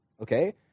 okay